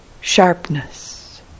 sharpness